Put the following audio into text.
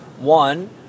One